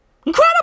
Incredible